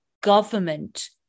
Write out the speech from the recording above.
government